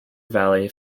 valley